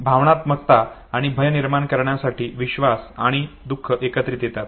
भावनात्मकता आणि भय निर्माण करण्यासाठी विश्वास आणि दुःख एकत्र येतात